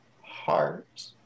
heart